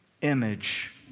image